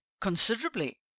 considerably